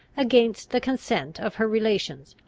against the consent of her relations,